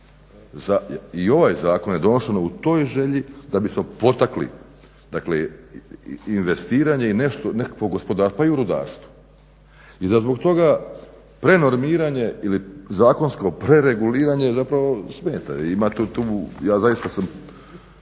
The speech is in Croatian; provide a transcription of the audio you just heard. i ovaj zakon je donošen u toj želji da bi smo potakli, dakle investiranje i nešto, nekakvo gospodarstvo, pa i u rudarstvu. I da zbog toga prenormiranje ili zakonsko prereguliranje je zapravo, smeta i ima tu